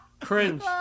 Cringe